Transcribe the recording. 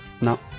No